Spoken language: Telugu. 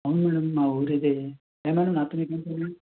అవును మ్యాడం మా ఊరు ఇదే ఏ మ్యాడం నాతో మీకేం పని